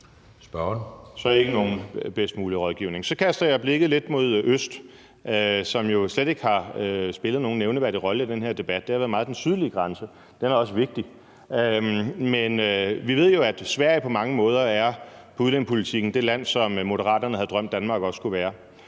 ikke søge den bedst mulige rådgivning. Så kaster jeg blikket lidt mod øst, som jo slet ikke har spillet nogen nævneværdig rolle i den her debat – det har meget været den sydlige grænse, og den er også vigtig. Men vi ved jo, at Sverige på mange måder på udlændingepolitikken er det land, som Moderaterne havde drømt at Danmark også skulle være.